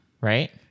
Right